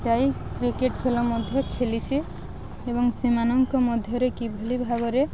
ଯାଇ କ୍ରିକେଟ ଖେଳ ମଧ୍ୟ ଖେଳିଛି ଏବଂ ସେମାନଙ୍କ ମଧ୍ୟରେ କିଭଳି ଭାବରେ